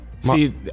See